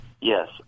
Yes